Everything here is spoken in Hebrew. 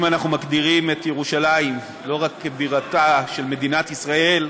אם אנחנו מגדירים את ירושלים לא רק כבירתה של מדינת ישראל,